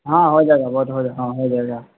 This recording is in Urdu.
ہاں ہو جائے گا ہاں ہو جائے گا